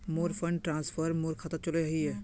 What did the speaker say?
मोर fund transfer मोर खातात चले वहिये